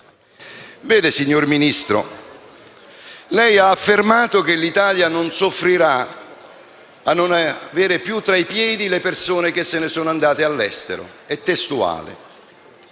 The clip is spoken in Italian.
Signor Ministro, lei ha affermato che l'Italia non soffrirà a non avere più tra i piedi le persone che se ne sono andate all'estero: è testuale.